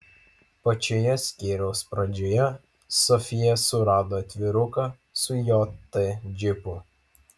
pačioje skyriaus pradžioje sofija surado atviruką su jt džipu